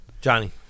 Johnny